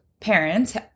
parents